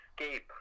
escape